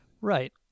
Right